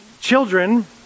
children